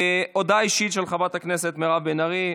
הודעה אישית של חברת הכנסת מירב בן ארי.